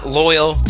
loyal